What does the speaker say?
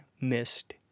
missed